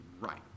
right